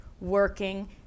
working